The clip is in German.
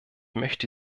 möchte